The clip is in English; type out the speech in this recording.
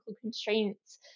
constraints